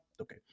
okay